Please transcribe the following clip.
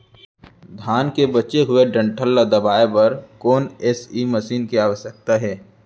धान के बचे हुए डंठल ल दबाये बर कोन एसई मशीन के आवश्यकता हे?